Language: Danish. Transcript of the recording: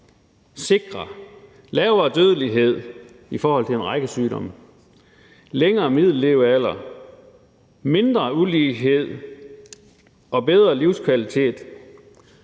sikrer lavere dødelighed i forhold til en række sygdomme. Længere middellevealder, mindre ulighed og bedre livskvalitet,